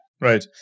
Right